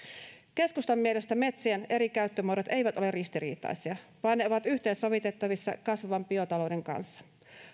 keskustan mielestä metsien eri käyttömuodot eivät ole ristiriitaisia vaan ne ovat yhteensovitettavissa kasvavan biotalouden kanssa